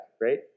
right